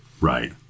Right